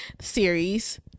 series